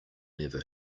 never